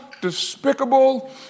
despicable